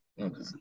Okay